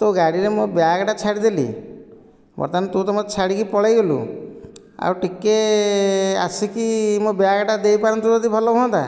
ତୋ ଗାଡ଼ିରେ ମୋ ବ୍ୟାଗ୍ଟା ଛାଡ଼ିଦେଲି ବର୍ତ୍ତମାନ ତୁ ତ ମୋତେ ଛାଡ଼ିକି ପଳାଇଗଲୁ ଆଉ ଟିକେ ଆସିକି ମୋ ବ୍ୟାଗ୍ଟା ଦେଇପାରନ୍ତୁ ଯଦି ଭଲ ହୁଅନ୍ତା